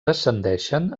descendeixen